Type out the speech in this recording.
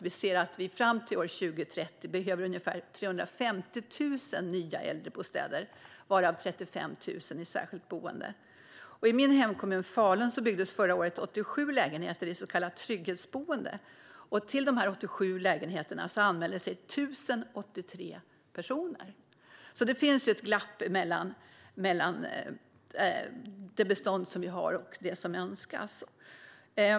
Vi ser att vi fram till 2030 behöver ungefär 350 000 nya äldrebostäder varav 35 000 i särskilt boende. I min hemkommun Falun byggdes förra året 87 lägenheter i så kallat trygghetsboende. Till dessa 87 lägenheter anmälde sig 1 083 personer. Det finns alltså ett glapp mellan det bestånd som vi har och det som önskas.